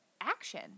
action